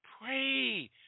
pray